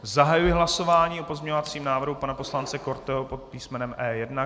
Zahajuji hlasování o pozměňovacím návrhu pana poslance Korteho pod písmenem E1.